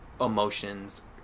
emotions